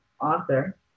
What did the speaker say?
author